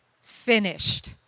finished